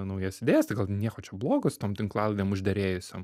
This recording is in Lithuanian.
naujas idėjas tai gal gi nieko čia blogo su tom tinklalaidėm užderėjusiom